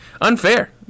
unfair